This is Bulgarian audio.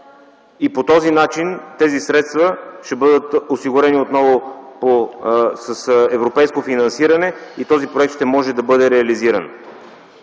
По този начин тези средства ще бъдат осигурени отново с европейско финансиране и проектът ще може да бъде реализиран.